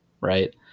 right